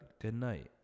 Goodnight